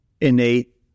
innate